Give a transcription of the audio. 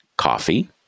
coffee